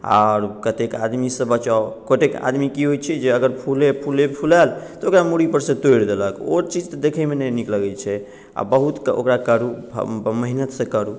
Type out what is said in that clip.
आओर कतेक आदमीसँ बचाउ गोटेक आदमी की होइ छै की जे अगर फूले फुलाएल तऽ ओकरा मूड़ी परसँ तोड़ि देलक ओ चीज तऽ देखैमे नहि नीक लगै छै आओर बहुतके ओकरा करू मेहनतिसँ करू